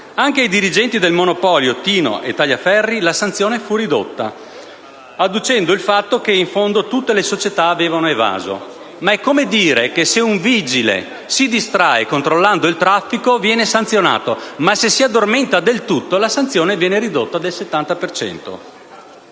Anche ai dirigenti dei Monopoli di Stato Tino e Tagliaferri la sanzione fu ridotta, adducendo il fatto che in fondo tutte le società avevano evaso. Ma è come dire che, se un vigile si distrae controllando il traffico, viene sanzionato, ma se si addormenta del tutto, la sanzione viene ridotta del 70